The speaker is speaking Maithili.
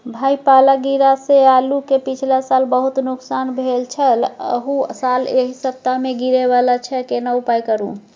भाई पाला गिरा से आलू के पिछला साल बहुत नुकसान भेल छल अहू साल एहि सप्ताह में गिरे वाला छैय केना उपाय करू?